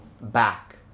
back